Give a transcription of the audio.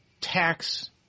tax